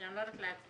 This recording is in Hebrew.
שאני לא יודעת להצביע.